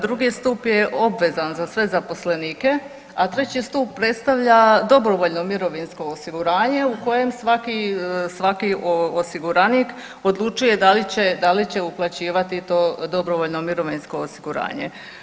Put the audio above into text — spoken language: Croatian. Drugi stup je obvezan za sve zaposlenike, a treći stup predstavlja dobrovoljno mirovinsko osiguranje u kojem svaki, svaki osiguranik odlučuje da li će, da li uplaćivati to dobrovoljno mirovinsko osiguranje.